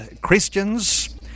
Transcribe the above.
Christians